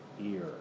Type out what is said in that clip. ear